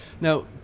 Now